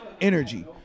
energy